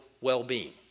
well-being